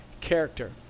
character